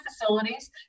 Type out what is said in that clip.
facilities